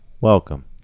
welcome